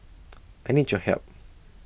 I need your help